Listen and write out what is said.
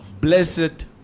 blessed